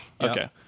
Okay